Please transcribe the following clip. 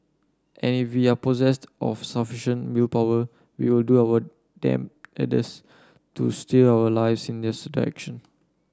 and if we are possessed of sufficient willpower we will do our to steer our lives in their